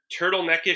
turtleneckish